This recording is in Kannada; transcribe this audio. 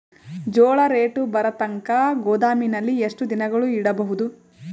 ಜೋಳ ರೇಟು ಬರತಂಕ ಗೋದಾಮಿನಲ್ಲಿ ಎಷ್ಟು ದಿನಗಳು ಯಿಡಬಹುದು?